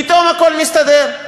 פתאום הכול מסתדר,